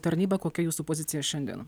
tarnyba kokia jūsų pozicija šiandien